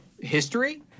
history